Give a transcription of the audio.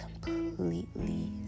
completely